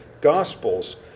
Gospels